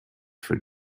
for